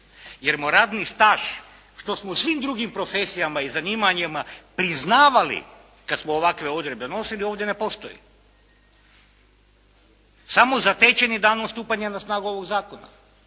Jer mu radni staž, što smo u svim drugim profesijama i zanimanjima priznavali kada smo ovakve odredbe donosili ovdje ne postoji. Samo zatečeni danom stupanja na snagu ovoga Zakona.